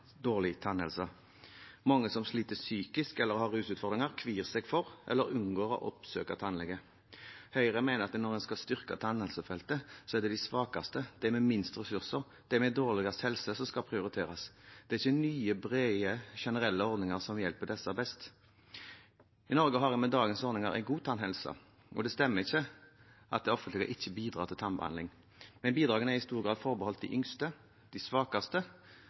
tannhelse. Mange som sliter psykisk eller har rusutfordringer, kvier seg for eller unngår å oppsøke tannlege. Høyre mener at når man skal styrke tannhelsefeltet, er det de svakeste, de med minst ressurser og de med dårligst helse som skal prioriteres. Det er ikke nye, brede generelle ordninger som hjelper disse best. I Norge har vi med dagens ordning en god tannhelse. Det stemmer ikke at det offentlige ikke bidrar til tannbehandling, men bidragene er i stor grad forbeholdt de yngste, de svakeste